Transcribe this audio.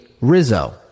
Rizzo